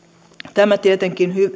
tämä tietenkin